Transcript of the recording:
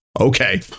Okay